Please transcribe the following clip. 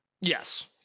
Yes